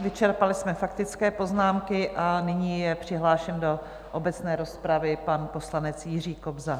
Vyčerpali jsme faktické poznámky a nyní je přihlášen do obecné rozpravy pan poslanec Jiří Kobza.